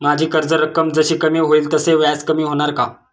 माझी कर्ज रक्कम जशी कमी होईल तसे व्याज कमी होणार का?